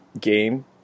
game